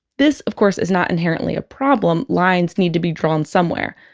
this of course, is not inherently a problem lines need to be drawn somewhere.